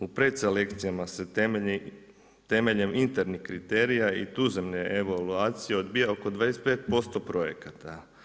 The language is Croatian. U predselekcijama se temeljem internih kriterija i tuzemne evaluacije odbija oko 25% projekata.